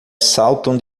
saltam